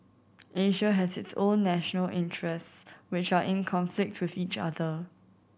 Asia has its own national interests which are in conflict with each other